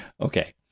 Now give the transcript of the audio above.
Okay